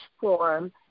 form